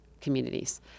communities